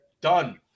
Done